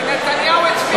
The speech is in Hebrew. שנתניהו הצביע בעד החוק.